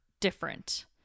different